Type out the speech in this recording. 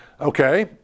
Okay